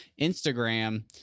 Instagram